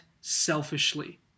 selfishly